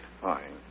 Fine